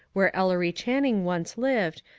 where ellery channing once lived,